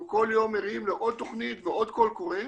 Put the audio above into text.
אנחנו כל יום ערים לעוד תכנית ועוד קול קורא,